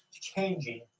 changing